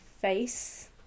face